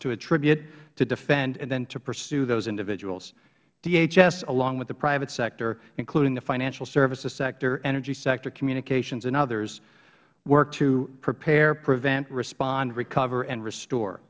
to attribute to defend and to pursue those individuals dhs along with the private sector including the financial services sector the energy sector communications and others work to prepare prevent response recovery and restore